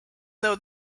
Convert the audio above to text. though